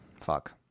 fuck